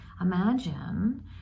imagine